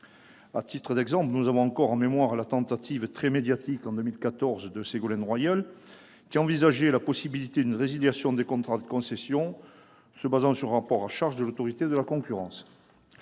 À titre d'exemple, nous avons encore en mémoire la tentative très médiatique, en 2014, de Ségolène Royal, qui envisageait la possibilité d'une résiliation des contrats de concession, en se fondant sur un rapport à charge de l'Autorité de la concurrence.